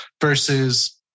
versus